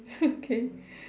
K